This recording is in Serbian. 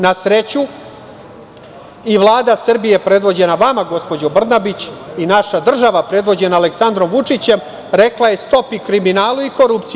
Na sreću, Vlada Srbije predvođena vama gospođo Brnabić i naša država predvođena Aleksandrom Vučićem, rekla je stop i kriminalu i korupciji.